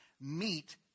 meet